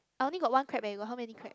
I only got crab leh you got how many crab